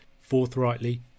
forthrightly